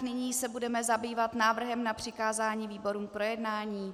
Nyní se budeme zabývat návrhem na přikázání výborům k projednání.